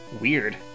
Weird